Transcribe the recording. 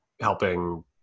helping